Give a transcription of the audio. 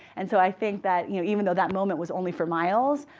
and so i think that you know even though that moment was only for miles,